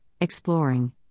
exploring